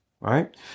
Right